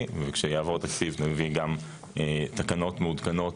וכשיעבור תקציב נביא גם תקנות מעודכנות,